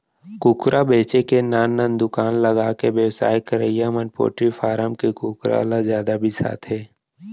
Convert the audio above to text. कुकरा बेचे के नान नान दुकान लगाके बेवसाय करवइया मन पोल्टी फारम के कुकरा ल जादा बिसाथें